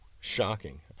Shocking